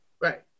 Right